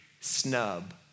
snub